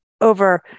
over